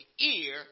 ear